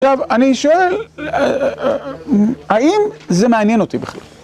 עכשיו, אני שואל, האם זה מעניין אותי בכלל?